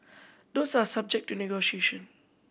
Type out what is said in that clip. those are subject to negotiation